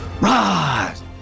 rise